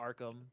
Arkham